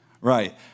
right